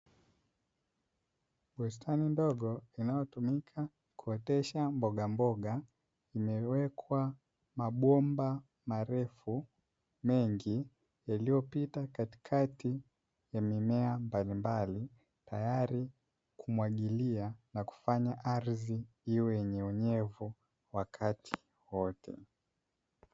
Bustani ndogo inayotumika kuotesha mboga mboga imewekwa mabomba marefu mengi, yaliyopita katikati ya mimea mbalimbali tayari kumwagilia na kufanya ardhi iwe yenye unyevu wakati wote.